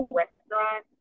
restaurant